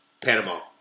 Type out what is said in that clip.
Panama